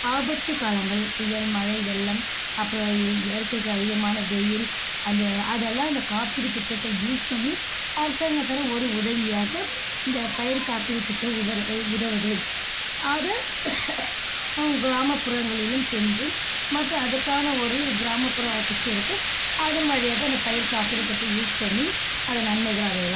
ஆபத்துக்காலங்களில் புயல் மழை வெள்ளம் அப்புறம் இயற்கைக்கு அதிகமான வெயில் அந்த அதெல்லாம் இந்த காப்பீடு திட்டத்தை யூஸ் பண்ணி அரசாங்கம் தர்ற ஒரு உதவியாக இந்த பயிர் காப்பீடு திட்டம் விவர உதவுது அத கிராமப்புறங்களிலும் சென்று மட்டும் அதற்கான ஒரு கிராமப்புற ஆஃபிஸ் இருக்கு அதன் வழியாக அந்த பயிர் காப்பீடு திட்டம் யூஸ் பண்ணி அது நன்மைகளை அடையலாம்